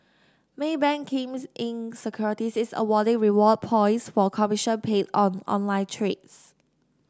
Maybank Kim Eng Securities is awarding reward points for commission paid on online trades